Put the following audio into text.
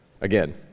again